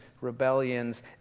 rebellions